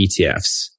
ETFs